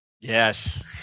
Yes